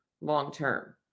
long-term